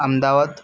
Ahmedabad